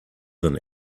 than